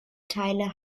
teile